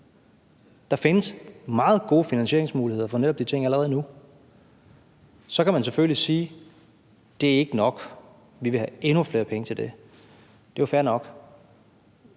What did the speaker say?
Der findes meget gode finansieringsmuligheder for netop de ting allerede nu. Så kan man selvfølgelig sige: Det er ikke nok; vi vil have endnu flere penge til det. Det er jo fair nok,